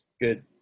good